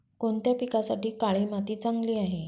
कोणत्या पिकासाठी काळी माती चांगली आहे?